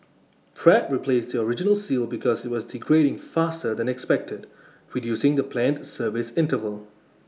Pratt replaced the original seal because IT was degrading faster than expected reducing the planned service interval